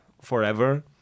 forever